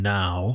now